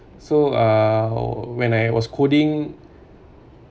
so uh when I was coding